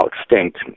extinct